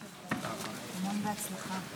מוסדניק, אבא, סבא ואחד שאכפת לו.